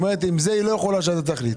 היא אומרת שעם זה היא לא יכולה שהוועדה תחליט.